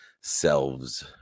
selves